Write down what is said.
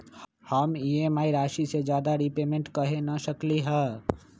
हम ई.एम.आई राशि से ज्यादा रीपेमेंट कहे न कर सकलि ह?